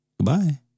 Goodbye